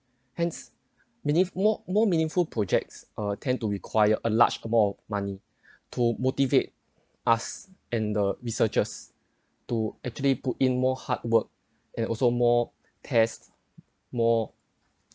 hence beneath more more meaningful projects uh tend to require a large amount of money to motivate us and the researchers to actually put in more hard work and also more tests more